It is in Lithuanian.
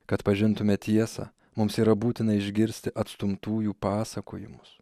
kad pažintume tiesą mums yra būtina išgirsti atstumtųjų pasakojimus